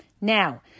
Now